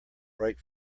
brake